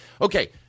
okay